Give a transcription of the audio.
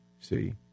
See